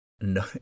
No